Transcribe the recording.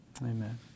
Amen